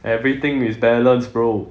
everything is balanced bro